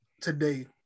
today